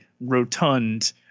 rotund